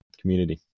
community